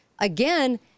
again